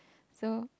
so